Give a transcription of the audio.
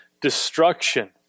destruction